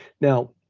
now